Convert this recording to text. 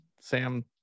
Sam